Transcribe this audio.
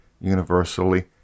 universally